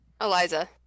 Eliza